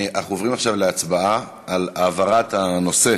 אנחנו עוברים עכשיו להצבעה על העברת הנושא